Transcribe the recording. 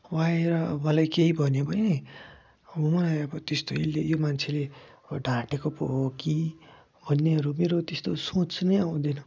अब आएर मलाई केही भन्यो भने उहाँहरूको त्यस्तो यसले यो मान्छेले ढाँटेको पो हो कि भन्नेहरू मेरो त्यस्तो सोच नै आउँदैन